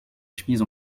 chemises